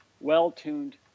well-tuned